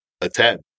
attend